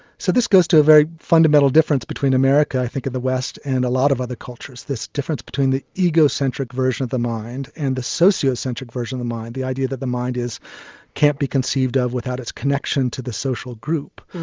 so this goes to a very fundamental difference between america, i think of the west and a lot of other cultures, this difference between the egocentric version of the mind and the socio centred version of the mind, the idea that the mind can't be conceived of without its connection to the social group.